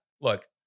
look